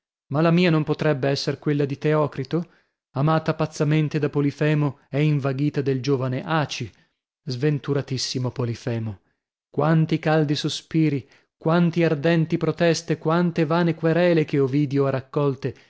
ma la mia non potrebbe esser quella di teocrito amata pazzamente da polifemo è invaghita del giovane aci sventuratissimo polifemo quanti caldi sospiri quante ardenti proteste quante vane querele che ovidio ha raccolte